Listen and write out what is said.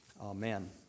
Amen